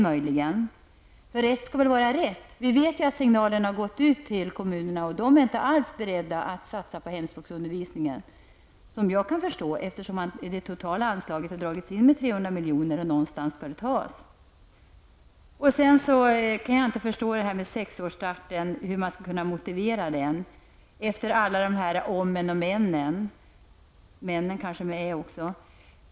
För rätt skall väl vara rätt? Vi vet ju att signalen har gått ut till kommunerna, och de är enligt vad jag kan förstå inte alls beredda att satsa på hemspråksundervisningen, eftersom det totala anslaget har minskats med 300 miljoner och någonstans skall pengarna tas. Vidare kan jag inte förstå hur man skall kunna motivera sexårsstarten efter alla dessa om och men -- män med ä kanske också.